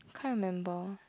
can't remember